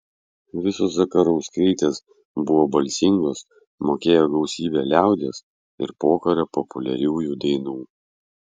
visos zakarauskaitės buvo balsingos mokėjo gausybę liaudies ir pokario populiariųjų dainų